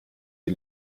sie